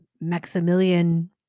maximilian